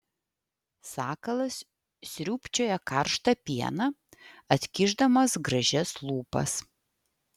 sakalas sriūbčioja karštą pieną atkišdamas gražias lūpas